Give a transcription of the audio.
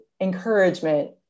encouragement